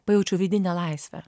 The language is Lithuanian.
pajaučiau vidinę laisvę